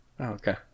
Okay